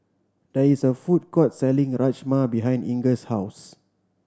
there is a food court selling Rajma behind Inger's house